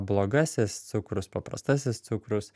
blogasis cukrus paprastasis cukrus